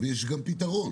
ויש גם פתרון.